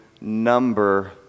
number